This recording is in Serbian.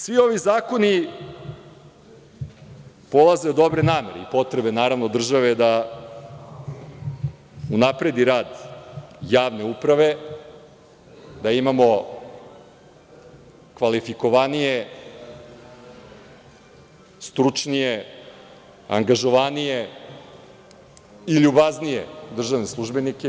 Svi ovi zakoni polaze od dobre namere i potrebe, naravno, države da unapredi rad javne uprave, da imamo kvalifikovanije, stručnije, angažovanije i ljubaznije državne službenike.